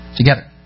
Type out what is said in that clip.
together